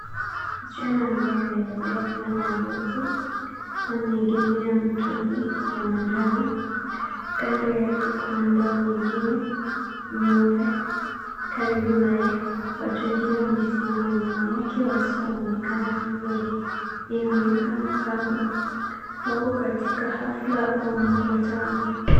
Msichana ambaye amevalia fulana nyeupe ameegemea mtungi ya manjano. Kando yake kuna ndoo nyingine nyeupe karibu naye. Watu wengine wamesimama nyuma yake wasioonekana vizuri. Inaonekana kama wako katika hafla au mkutano.